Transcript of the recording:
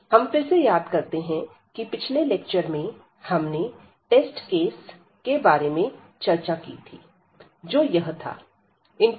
हम फिर से याद करते हैं कि पिछले लेक्चर में हमने टेस्ट केस के बारे में चर्चा की थी जो यह था a1xpdx